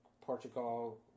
Portugal